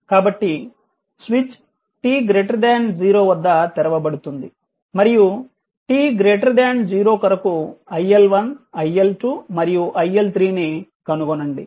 కాబట్టి స్విచ్ t 0 వద్ద తెరవబడుతుంది మరియు t 0 కొరకు iL1 iL2 మరియు IL3 ని కనుగొనండి